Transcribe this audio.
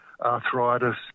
arthritis